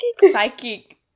Psychic